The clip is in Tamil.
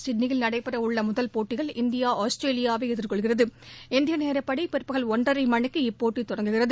சிட்னியில் நடைபெறவுள்ள முதல் போட்டியில் இந்தியா ஆஸ்திரேலியாவை எதிர்கொள்கிறது இந்திய நேரப்படி பிற்பகல் ஒன்றரை மணிக்கு இப்போட்டி தொடங்குகிறது